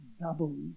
doubles